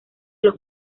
los